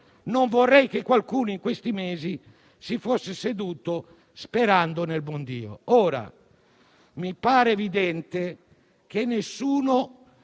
Non vorrei che qualcuno, in questi mesi, si fosse seduto sperando nel buon Dio». Ora, mi pare evidente che nessuno